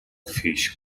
fish